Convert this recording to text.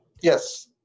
Yes